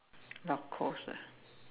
Lacoste ah